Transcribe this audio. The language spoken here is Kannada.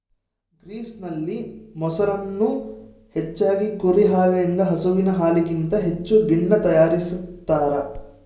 ಗ್ರೀಸ್ನಲ್ಲಿ, ಮೊಸರನ್ನು ಹೆಚ್ಚಾಗಿ ಕುರಿ ಹಾಲಿನಿಂದ ಹಸುವಿನ ಹಾಲಿಗಿಂತ ಹೆಚ್ಚು ಗಿಣ್ಣು ತಯಾರಿಸ್ತಾರ